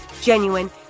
genuine